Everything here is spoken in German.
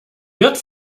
wird